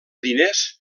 diners